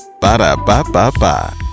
Ba-da-ba-ba-ba